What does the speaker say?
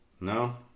no